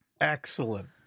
Excellent